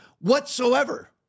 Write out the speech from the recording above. whatsoever